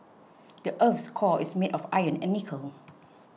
the earth's core is made of iron and nickel